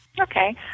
Okay